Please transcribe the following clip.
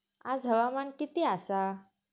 आज हवामान किती आसा?